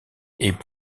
est